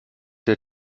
der